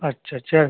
अच्छा चल